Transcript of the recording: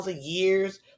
years